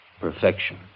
perfection